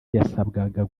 yasabwaga